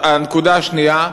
הנקודה השנייה,